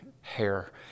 hair